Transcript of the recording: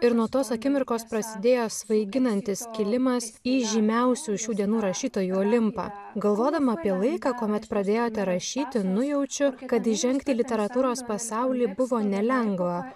ir nuo tos akimirkos prasidėjo svaiginantis kilimas į žymiausių šių dienų rašytojų olimpą galvodama apie laiką kuomet pradėjote rašyti nujaučiu kad įžengti į literatūros pasaulį buvo nelengva